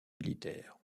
militaires